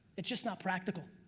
it's just not practical.